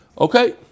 Okay